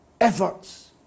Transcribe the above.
efforts